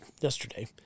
Yesterday